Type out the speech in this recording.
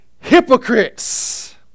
hypocrites